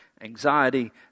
anxiety